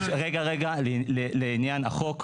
רגע, רגע, לעניין החוק.